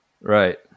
Right